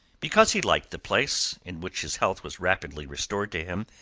because he liked the place, in which his health was rapidly restored to him,